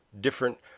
different